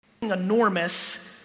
enormous